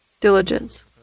diligence